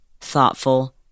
thoughtful